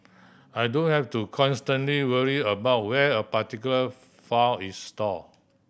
I don't have to constantly worry about where a particular file is stored